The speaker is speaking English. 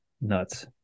nuts